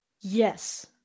Yes